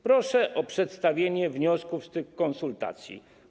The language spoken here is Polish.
Proszę o przedstawienie wniosków z tych konsultacji.